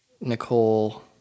Nicole